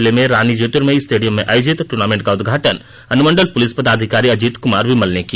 जिले के रानी ज्योर्तिमयी स्टेडियम में आयोजित टुर्नामेंट का उद्घाटन अनुमंडल पुलिस पदाधिकारी अजीत कुमार विमल ने किया